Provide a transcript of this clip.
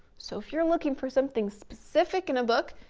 so if you're looking for something specific in a book,